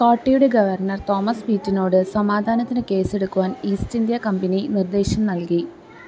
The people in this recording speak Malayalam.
കോട്ടയുടെ ഗവർണർ തോമസ് പീറ്റിനോട് സമാധാനത്തിന് കേസെടുക്കുവാൻ ഈസ്റ്റ് ഇന്ത്യാ കമ്പനി നിർദ്ദേശം നൽകി